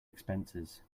expenses